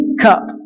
cup